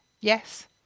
yes